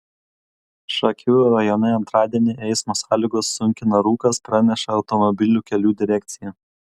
šakių rajone antradienį eismo sąlygas sunkina rūkas praneša automobilių kelių direkcija